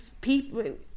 people